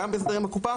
גם בהסדר עם הקופה,